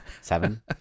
Seven